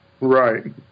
right